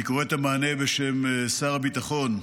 אני קורא את המענה בשם שר הביטחון,